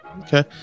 okay